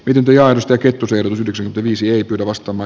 pitempi ajosta kettuselvityksen tekisi arvostama